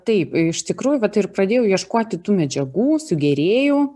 taip iš tikrųjų vat ir pradėjau ieškoti tų medžiagų sugėrėjų